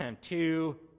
two